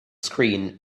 screen